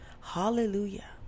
Hallelujah